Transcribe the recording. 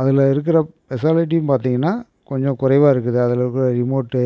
அதில் இருக்கிற பெஷாலிட்டினு பார்த்தீங்கனா கொஞ்சம் குறைவாக இருக்குது அதில் இருக்கிற ரிமோட்டு